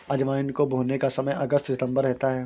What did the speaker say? अजवाइन को बोने का समय अगस्त सितंबर रहता है